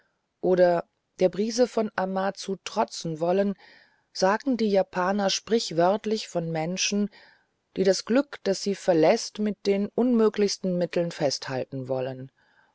oder der brise von amazu trotzen wollen sagen die japaner sprichwörtlich von menschen die das glück das sie verläßt mit den unmöglichsten mitteln festhalten wollen